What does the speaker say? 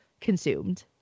consumed